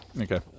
Okay